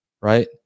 right